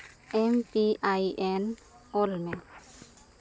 ᱮᱢ ᱠᱮ ᱟᱭ ᱮᱱ ᱠᱳᱞ ᱢᱮ